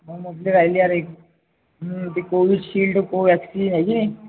हो मग ते राहिली यार एक ते कोविशील्ड कोवॅक्सिन आहे की नाही